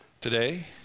Today